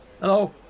Hello